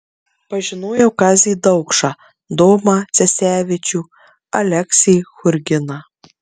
pažinojau kazį daukšą domą cesevičių aleksį churginą